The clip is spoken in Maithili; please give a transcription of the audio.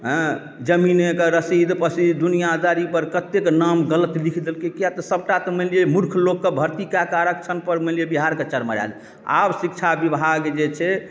एँ जमीनेके रसीद पसीद दुनियादारी पर कत्तेक नाम गलत लिख देलकै किआ तऽ सभटा तऽ मानि लिअ जे मूर्ख लोकके भर्ती कएके आरक्षण पर बिहारके चरमरा देलकै आब शिक्षा विभाग जे छै